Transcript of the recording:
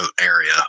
area